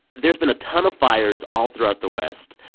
there's been a ton of fires all throughout the west.